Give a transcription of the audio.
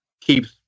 keeps